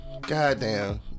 goddamn